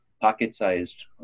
pocket-sized